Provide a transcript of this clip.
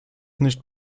nicht